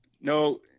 No